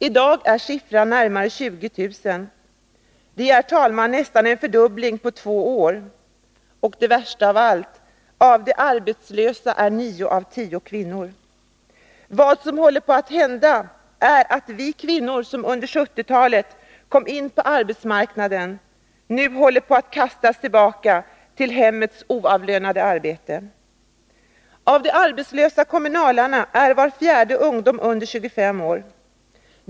I dag är siffran närmare 20 000. Det är, herr talman, närmast en fördubbling på två år. Det värsta av allt är att av de arbetslösa är nio av tio kvinnor. Vad som håller på att hända är att vi kvinnor, som under 1970-talet kom in på arbetsmarknaden, nu håller på att kastas tillbaka till hemmets oavlönade arbete. Av de arbetslösa kommunalarbetarna är var fjärde ungdom under 25 år.